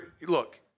look